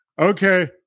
okay